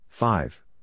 Five